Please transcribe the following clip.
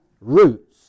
roots